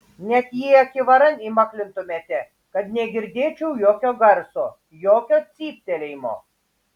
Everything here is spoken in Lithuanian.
net jei akivaran įmaklintumėte kad negirdėčiau jokio garso jokio cyptelėjimo